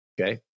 Okay